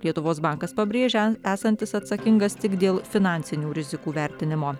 lietuvos bankas pabrėžia esantis atsakingas tik dėl finansinių rizikų vertinimo